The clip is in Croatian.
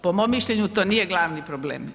Po mom mišljenju to nije glavni problem.